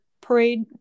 parade